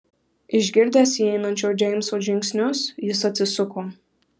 išgirdęs įeinančio džeimso žingsnius jis atsisuko